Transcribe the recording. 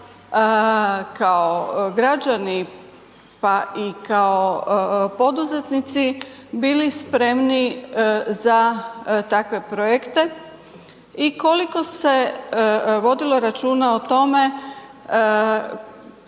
kao građani, pa i kao poduzetnici bili spremni za takve projekte i koliko se vodilo računa o tome